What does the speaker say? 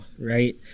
right